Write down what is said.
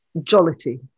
jollity